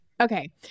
Okay